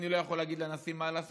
אני לא יכול להגיד לנשיא מה לעשות,